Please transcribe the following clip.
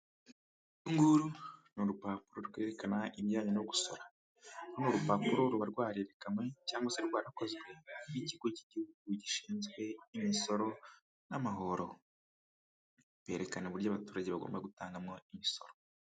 Uru nguru ni urupapuro rwerekana ibijyanye no gusora. Runo rupapuro ruba rwarerekanwe cyangwa se rwarakozwe n'ikigo cy'igihugu gishinzwe imisoro n'amahoro. Berekana uburyo abaturage bagomba gutangamo imisoro.